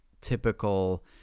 typical